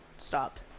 Stop